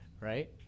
right